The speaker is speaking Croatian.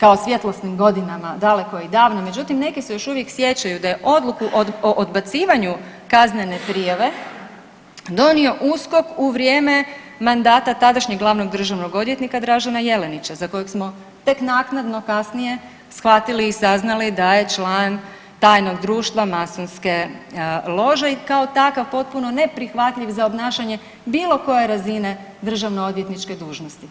kao svjetlosnim godinama daleko i davno, međutim neki se još uvijek sjećaju da je odluku o odbacivanju kaznene prijave donio USKOK u vrijeme mandata tadašnjeg glavnog državnog odvjetnika Dražena Jelenića za kojeg smo tek naknadno kasnije shvatili i saznali da je član tajnog društva masonske lože i kao takav potpuno neprihvatljiv za obnašanje bilo koje razine državno odvjetničke dužnosti.